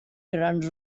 grans